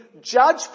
judge